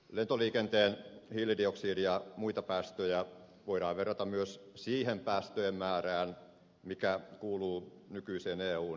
lentoliikenteen hiilidioksidi ja muita päästöjä voidaan verrata myös siihen päästöjen määrään mikä kuuluu nykyiseen eun päästökauppaan